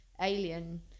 alien